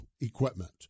equipment